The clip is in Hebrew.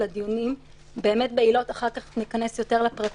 בנוסף, על סדר-היום של הוועדה